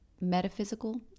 metaphysical